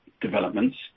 developments